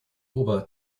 ober